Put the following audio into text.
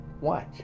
watch